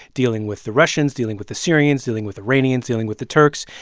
dealing with the russians, dealing with the syrians, dealing with iranians, dealing with the turks.